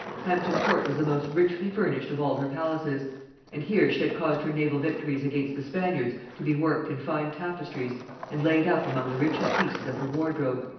hampton-court was the most richly furnished of all her palaces and here she had caused her naval victories against the spaniards to be worked in fine tapestries and laid up among the richest pieces of her wardrobe.